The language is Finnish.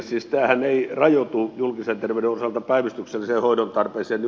siis tämähän ei rajoitu julkisen terveyden osalta päivystyksellisen hoidon tarpeeseen